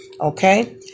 okay